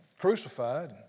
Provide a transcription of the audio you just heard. crucified